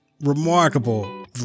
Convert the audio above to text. remarkable